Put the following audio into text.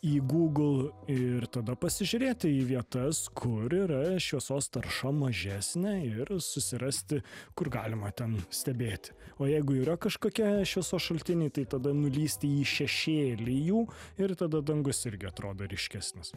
į google ir tada pasižiūrėt į vietas kur yra šviesos tarša mažesnė ir susirasti kur galima ten stebėti o jeigu yra kažkokie šviesos šaltinį tai tada nulįsti į šešėlį jų ir tada dangus irgi atrodo ryškesnis